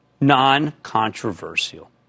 non-controversial